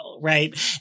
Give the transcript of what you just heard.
Right